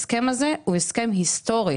ההסכם הזה הוא הסכם היסטורי,